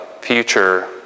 future